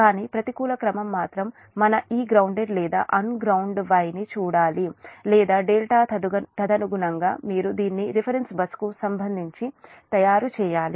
కానీ ప్రతికూల క్రమం మాత్రమే మనం ఈ గ్రౌన్దేడ్ లేదా అన్గ్రౌండ్డ్ Y ని చూడాలి లేదా ∆ తదనుగుణంగా మీరు దీన్ని రిఫరెన్స్ బస్కు సంబంధించి తయారు చేయాలి